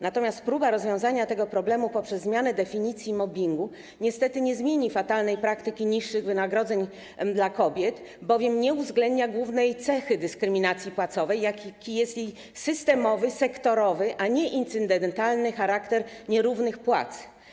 Natomiast próba rozwiązania tego problemu poprzez zmianę definicji mobbingu niestety nie zmieni fatalnej praktyki niższych wynagrodzeń dla kobiet, bowiem nie uwzględnia głównej cechy dyskryminacji płacowej, jaką jest systemowy, sektorowy, a nie incydentalny charakter nierównych płac.